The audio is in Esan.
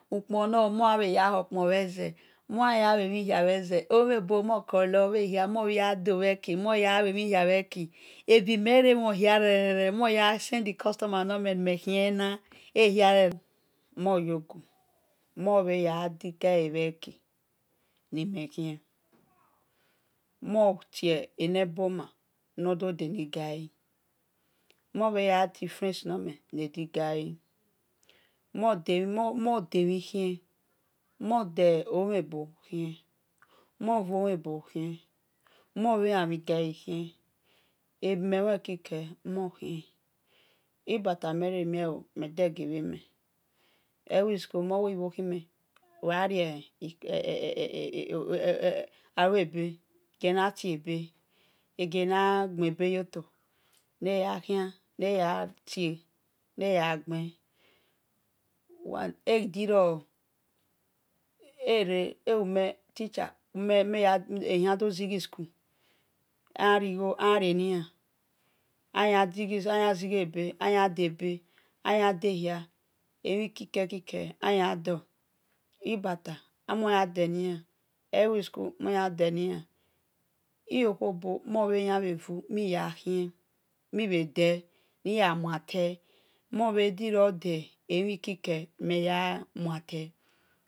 Ukponooo moyan bhe ya bo ukpon bhe ze moya bhe ya bokpon bhe ze amhebo mokolo moya dobheki moya de̱ mhi hia bhe ki mobhe yadigai bheki ni-mhe khien mon tie nebhona nor doh de ni gai mon bhe ya ti friemds nor me ne digai mondamhi khien mon de-omhebo-khien-mon bhe omhigai khie ebime mhon ekeke monkhie ibata meh re mie ooo meh degibhimen egeanati-beh egie na gbebeh yoto neghakhan neyatie egidirio ere ewimhe teacher eya do zighi school narie nia aya zighe beh aya debe aya day hia emhi kike ayadenia ibata, ewui school ayadenia iyokho bo monyanbhe vu mon ya khien mr mhe de mi ya mua te mon bhe dirio di emhi kike ni me ya mua atel